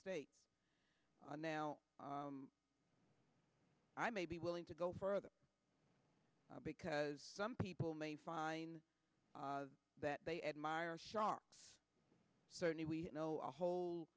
states and now i may be willing to go further because some people may find that they admire sharks certainly we know a whole